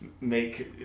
make